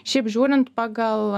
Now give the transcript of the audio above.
šiaip žiūrint pagal